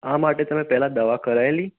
આ માટે પેલા તમે પહેલા દવા કરાએલી